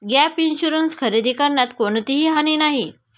gap insurance खरेदी करण्यात कोणतीही हानी नाही